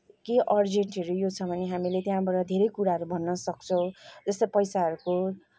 केही अर्जेन्टहरू ऊ यो छ भने हामीले त्यहाँबाट धेरै कुरा भन्न सक्छौँ जस्तै पैसाहरूको